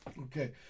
Okay